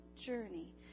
journey